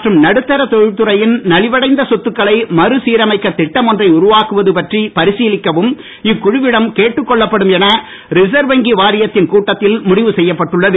மற்றும் நடுத்தர தொழில்துறையின் நலிவடைந்த சொத்துக்களை மறுசீரமைக்க திட்டம் ஒன்றை உருவாக்குவது பற்றி பரிசீலிக்கவும் இக்குழுவிடம் கேட்டுக் கொள்ளப்படும் என ரிசர்வ் வங்கி வாரியத்தின் கூட்டத்தில் முடிவு செய்யப்பட்டுள்ளது